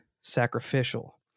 sacrificial